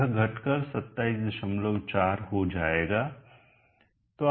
यह घटकर 274 हो जाएगा